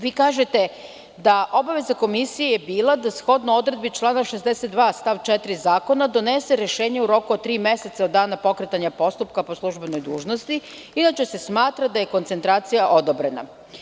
Vi kažete da obaveza komisije je bila da shodno odredbi člana 62. stav 4. Zakona, donese rešenje u roku od tri meseca od dana pokretanja postupka po službenoj dužnosti, inače se smatra da je koncentracija odobrena.